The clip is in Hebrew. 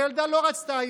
הילדה לא רצתה.